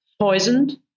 poisoned